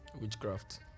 Witchcraft